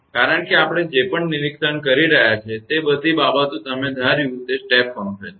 કારણ કે આપણે જે પણ નિરીક્ષણ કરી રહ્યા છીએ તે બધી બાબતો તમે ધાર્યું તે સ્ટેપ ફંકશન છે